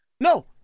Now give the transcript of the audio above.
No